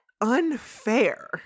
unfair